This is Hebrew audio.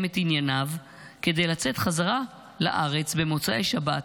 את ענייניו כדי לצאת חזרה לארץ במוצאי שבת,